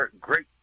great